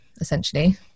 essentially